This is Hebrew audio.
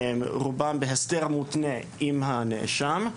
רובם בהסדר מותנה עם הנאשם,